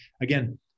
again